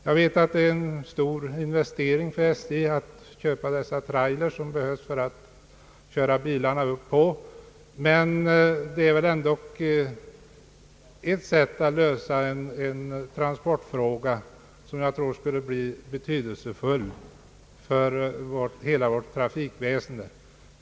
Jag vet att det är en stor investering för SJ att anskaffa de trailers, som behövs för att transportera bilarna på, men det är ändå ett sätt att lösa en transportfråga som kan bli betydelsefull för hela vårt trafikväsen.